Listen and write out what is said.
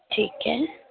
ਠੀਕ ਹੈ